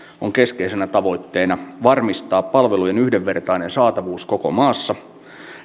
on keskeisenä tavoitteena varmistaa palvelujen yhdenvertainen saatavuus koko maassa